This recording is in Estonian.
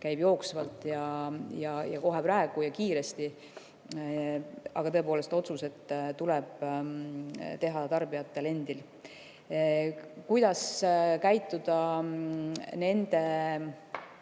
käib jooksvalt ja kohe praegu ja kiiresti. Aga tõepoolest, otsused tuleb teha tarbijatel endil. Kuidas käituda nende